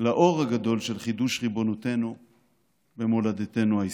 לאור הגדול של חידוש ריבונותנו במולדתנו ההיסטורית.